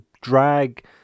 drag